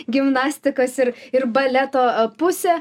gimnastikos ir ir baleto pusė